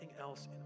else